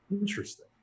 Interesting